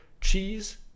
cheese